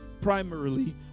primarily